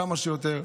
כמה שיותר.